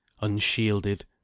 unshielded